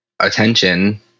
attention